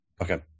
Okay